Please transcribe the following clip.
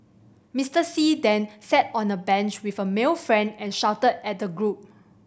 Mister See then sat on a bench with a male friend and shouted at the group